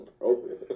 open